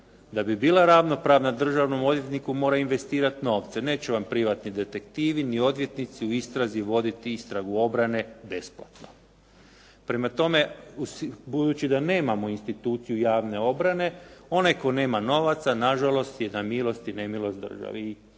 da bi bila ravnopravna državnom odvjetniku mora investirati novce. Neće vam privatni detektivi ni odvjetnici u istrazi voditi istragu obrane besplatno. Prema tome, budući da nemamo instituciju javne obrane, onaj tko nema novaca nažalost je na milost i nemilost države i tu